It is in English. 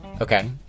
Okay